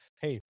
Hey